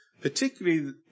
particularly